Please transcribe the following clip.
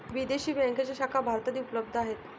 विदेशी बँकांच्या शाखा भारतातही उपलब्ध आहेत